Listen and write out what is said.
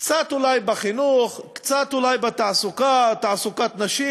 אולי קצת בחינוך, אולי קצת בתעסוקה, תעסוקת נשים,